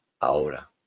ahora